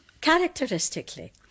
Characteristically